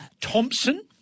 Thompson